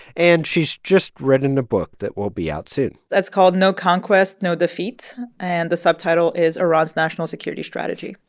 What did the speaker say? and she's just written a book that will be out soon it's called no conquest, no defeat. and the subtitle subtitle is iran's national security strategy.